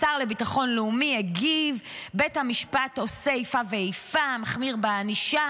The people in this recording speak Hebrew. השר לביטחון לאומי הגיב: "בית המשפט עושה איפה ואיפה: מחמיר בענישה